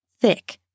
thick